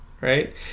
right